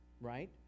right